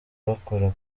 bakora